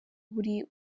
buri